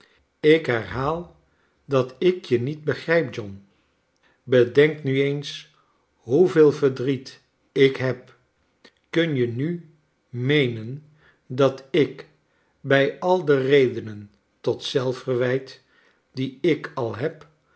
ik herhaal dat ik je niet begrijp john bedenk nu eens hoeveel verdriet ik heb kim je nu meeneiu dat ik bij al de redenen tot zelfverwijl die ik al heb